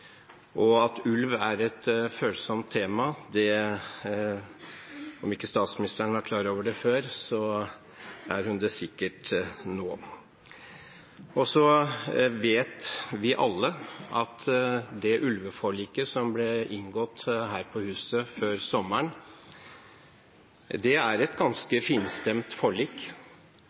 Ulv er et følsomt tema – om ikke statsministeren var klar over det før, så er hun det sikkert nå. Vi vet alle at det ulveforliket som ble inngått her på huset før sommeren, er et ganske finstemt forlik,